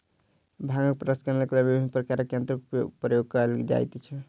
भांगक प्रसंस्करणक लेल विभिन्न प्रकारक यंत्रक प्रयोग कयल जाइत छै